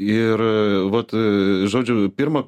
ir vat žodžiu pirma